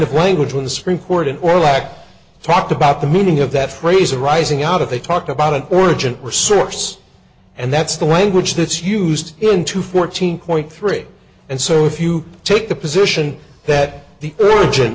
of language when the supreme court and or lack talked about the meaning of that phrase arising out of they talked about an origin or source and that's the language that's used in two fourteen point three and so if you take the position that the religi